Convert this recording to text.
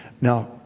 Now